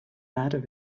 matter